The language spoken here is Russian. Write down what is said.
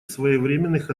своевременных